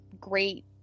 great